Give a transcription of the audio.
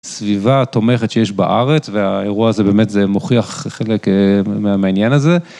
סביבה תומכת שיש בארץ והאירוע הזה באמת, זה מוכיח חלק מהמעניין הזה.